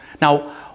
Now